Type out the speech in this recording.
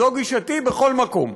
זו גישתי בכל מקום.